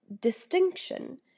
distinction